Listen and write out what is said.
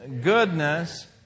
goodness